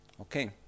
Okay